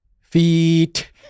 Feet